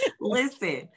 Listen